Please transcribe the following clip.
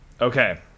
Okay